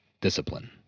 Discipline